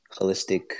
holistic